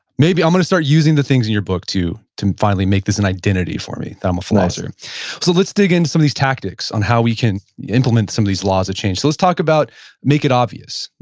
i'm going to start using the things in your book to to finally make this an identity for me, that i'm a flosser so let's dig into some of these tactics on how we can implement some of these laws of change. so let's talk about make it obvious,